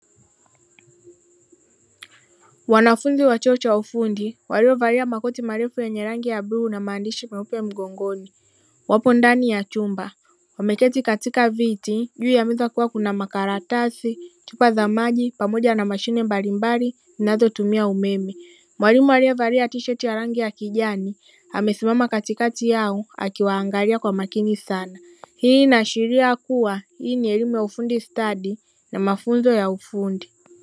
Wanafunzi wa chuo cha ufundi waliovalia makoti marefu yenye rangi ya bluu na maandishi meupe mgongoni wapo ndani ya chumba wameketi katika viti. Juu ya meza kukiwa kuna makaratasi, chupa za maji pamoja na mashine mbalimbali zinazotumia umeme. Mwalimu aliyevalia tisheti ya rangi ya kijani amesimama katika yao akiwaangalia kwa makini sana. Hii inaashiria kuwa hii ni elimu ya ufundi stadi na mafunzo ya ufundi.